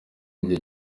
gihe